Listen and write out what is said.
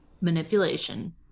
manipulation